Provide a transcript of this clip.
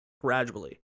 gradually